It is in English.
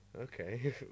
okay